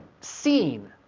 seen